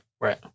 Right